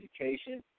education